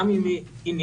גם אם היא עניינית,